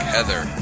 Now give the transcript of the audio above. Heather